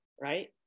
right